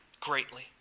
greatly